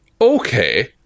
Okay